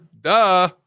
duh